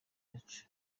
bacu